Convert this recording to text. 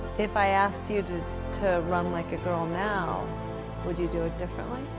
if i asked you to to run like a girl now would you do it differently?